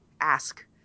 ask